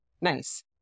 nice